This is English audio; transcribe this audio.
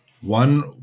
one